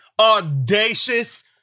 audacious